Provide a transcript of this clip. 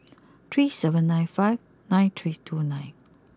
three seven nine five nine three two nine